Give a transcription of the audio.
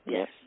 Yes